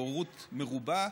בהורות מרובה,